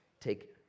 take